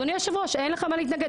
אדוני היושב ראש, אין לך מה להתנגד.